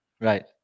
Right